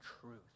truth